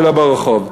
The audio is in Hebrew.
ולא ברחוב.